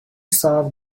solve